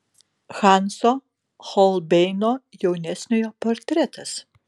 hanso holbeino jaunesniojo portretas